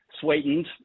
Sweetened